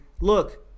look